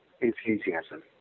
enthusiasm